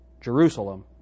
Jerusalem